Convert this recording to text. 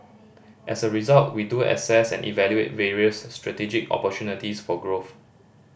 as a result we do assess and evaluate various strategic opportunities for growth